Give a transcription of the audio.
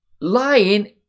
lying